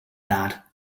that